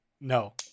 No